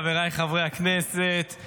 חבריי חברי הכנסת,